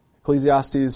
Ecclesiastes